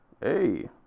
Hey